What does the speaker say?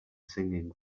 singing